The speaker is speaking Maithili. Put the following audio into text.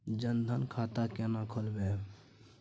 जनधन खाता केना खोलेबे?